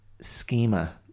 schema